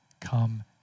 come